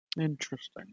Interesting